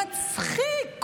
מצחיק,